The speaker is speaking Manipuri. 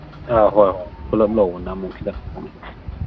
ꯑꯥ ꯍꯣꯏ ꯍꯣꯏ ꯍꯣꯏ ꯄꯨꯂꯞ ꯂꯧꯕꯅ ꯑꯃꯨꯛ ꯈꯤꯇꯪ ꯍꯣꯡꯉꯦ